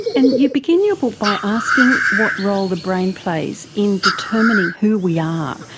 and you begin your book by asking what role the brain plays in determining who we are,